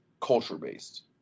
culture-based